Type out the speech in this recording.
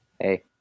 Hey